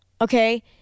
okay